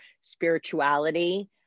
spirituality